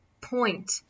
point